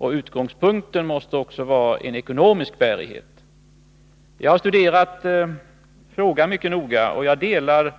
Utgångspunkten måste också vara ekonomisk bärighet. Jag har studerat frågan mycket noga.